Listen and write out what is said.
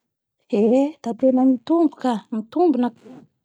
Eee da tena mitomby ka -mitombina ka.